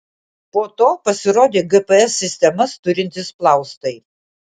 po to pasirodė gps sistemas turintys plaustai